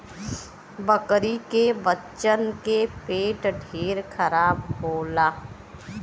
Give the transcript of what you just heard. बकरी के बच्चन के पेट ढेर खराब होला